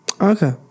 Okay